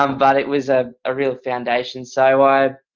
um but it was a ah real foundation. so i,